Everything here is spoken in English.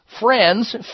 friends